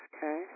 Okay